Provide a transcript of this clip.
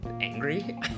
angry